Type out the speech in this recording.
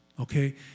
okay